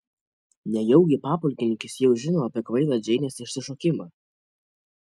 nejaugi papulkininkis jau žino apie kvailą džeinės išsišokimą